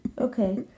Okay